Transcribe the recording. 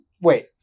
Wait